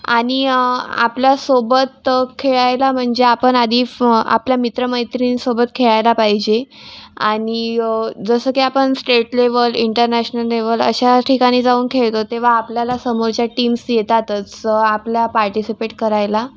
आणि आपल्या सोबत खेळायला म्हणजे आपण आधी फ् आपल्या मित्रमैत्रिणींसोबत खेळायला पाहिजे आणि जसं की आपण स्ट्रेट लेवल इंटरनॅशनन लेवल अशा ठिकाणी जाऊन खेळतो तेव्हा आपल्याला समोरच्या टीम्स येतातच आपल्या पार्टिसिपेट करायला